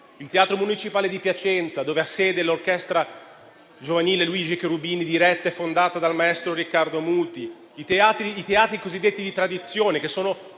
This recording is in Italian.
il Teatro Municipale di Piacenza, dove ha sede l'orchestra giovanile Luigi Cherubini, fondata e diretta dal maestro Riccardo Muti, i teatri cosiddetti di tradizione, che sono